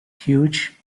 huge